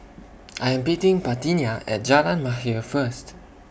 I Am meeting Parthenia At Jalan Mahir First